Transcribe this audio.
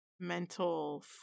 mental